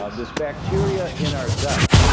ah this bacteria in our gut,